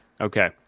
okay